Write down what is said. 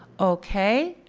okay,